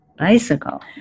Bicycle